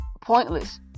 pointless